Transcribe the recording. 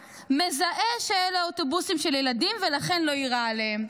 מזהה שאלה אוטובוסים של ילדים ולכן לא יירה עליהם.